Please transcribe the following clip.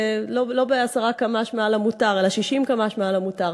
לא ב-10 קמ"ש מעל המותר אלא 60 קמ"ש מעל המותר,